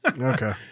Okay